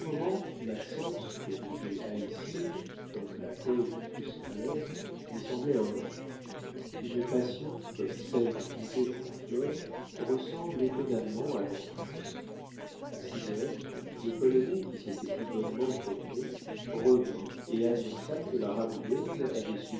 que rouget haïssait comme la cause de tous ses malheurs lui semblait un ange une passion comme celle de rouget pour flore ressemble étonnamment à l'enfance a six heures le polonais qui s'était tout bonnement promené revint et annonça que la rabouilleuse avait